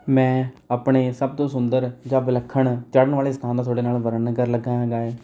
ਮੈਂ ਆਪਣੇ ਸਭ ਤੋਂ ਸੁੰਦਰ ਜਾਂ ਵਿਲੱਖਣ ਚੜ੍ਹਨ ਵਾਲੇ ਸਥਾਨ ਦਾ ਤੁਹਾਡੇ ਨਾਲ ਵਰਣਨ ਕਰਨ ਲੱਗਾ ਹੈਗਾ ਹੈ